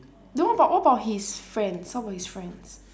no but what about his friends what about his friends